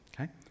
okay